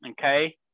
Okay